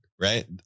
right